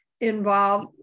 Involved